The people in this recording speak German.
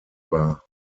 war